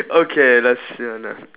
okay let's see let